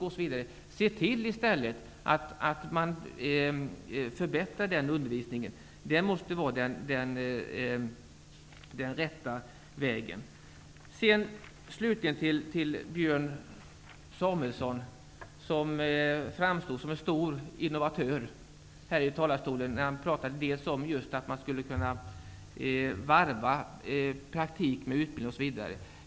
De måste se till att de förbättrar undervisningen. Det måste vara den rätta vägen. Slutligen framstår Björn Samuelson som en stor innovatör här i talarstolen när han pratade om att vi skulle kunna varva praktik med utbildning.